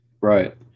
right